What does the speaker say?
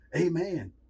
Amen